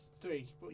Three